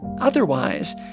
Otherwise